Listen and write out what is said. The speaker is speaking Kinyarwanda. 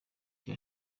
cya